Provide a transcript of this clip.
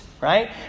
right